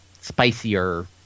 spicier